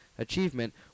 achievement